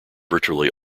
virtually